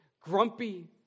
Grumpy